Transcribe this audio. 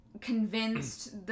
convinced